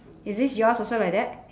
is this your's also like that